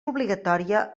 obligatòria